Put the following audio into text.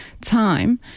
time